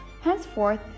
henceforth